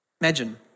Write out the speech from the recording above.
Imagine